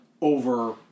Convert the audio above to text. over